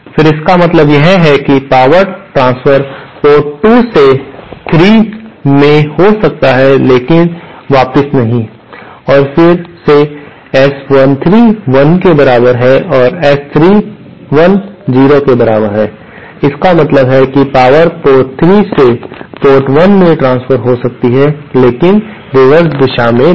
फिर इसका मतलब यह है कि पावर ट्रांसफर पोर्ट 2 से पोर्ट 3 हो सकता है लेकिन वापस नहीं और फिर से S13 1 के बराबर है लेकिन S31 0 के बराबर है जिसका मतलब है कि पावर पोर्ट 3 से पोर्ट 1 में ट्रांसफर हो सकता है लेकिन रिवर्स दिशा में नहीं